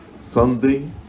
Sunday